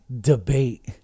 debate